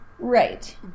Right